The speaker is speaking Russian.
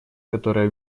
которая